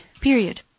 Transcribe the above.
period